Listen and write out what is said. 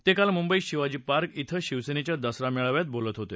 ते काल मुंबईत शिवाजी पार्क क्वें शिवसेनेच्या दसरा मेळाव्यात बोलत होते